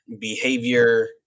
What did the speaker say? behavior